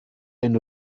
ein